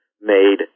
made